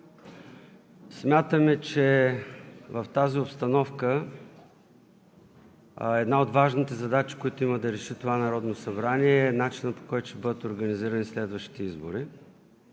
Смятаме, че в тази обстановка една от важните задачи, които има да реши това Народно събрание, е начинът, по който ще бъдат организирани следващите избори.